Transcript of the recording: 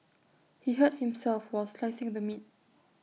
he hurt himself while slicing the meat